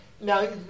Now